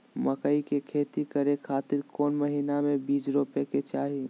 मकई के खेती करें खातिर कौन महीना में बीज रोपे के चाही?